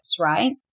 right